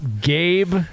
Gabe